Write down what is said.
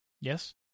Yes